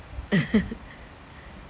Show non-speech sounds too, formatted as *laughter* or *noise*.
*laughs*